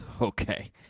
okay